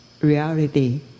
reality